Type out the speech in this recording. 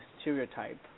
stereotype